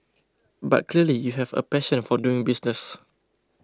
but clearly you have a passion for doing business